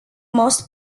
most